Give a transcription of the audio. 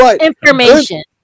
information